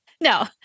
no